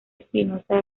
espinosa